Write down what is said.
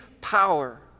power